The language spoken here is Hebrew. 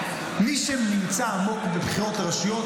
מי שנמצא עמוק בבחירות לרשויות,